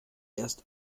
erst